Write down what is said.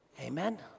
Amen